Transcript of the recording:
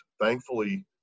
Thankfully